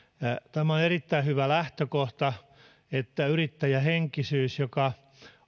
on erittäin hyvä lähtökohta yrittäjähenkisyys joka